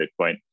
Bitcoin